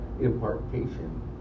impartation